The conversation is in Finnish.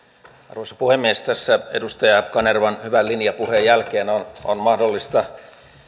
arvoisa puhemies tässä edustaja kanervan hyvän linjapuheen jälkeen on mahdollista